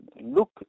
look